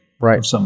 Right